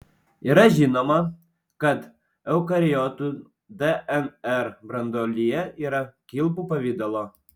yra žinoma kad eukariotų dnr branduolyje yra kilpų pavidalo